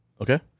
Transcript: Okay